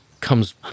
comes